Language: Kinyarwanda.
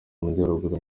amajyaruguru